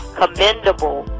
commendable